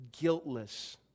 guiltless